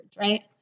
Right